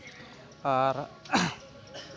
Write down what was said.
ᱟᱨ